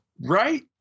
right